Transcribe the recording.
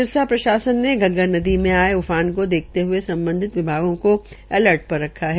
सिरसा प्रशासन ने घग्गर नदी में आये ऊान को देखते हये सम्बधित विभागों को अलर्ट पर रखा है